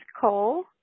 Cole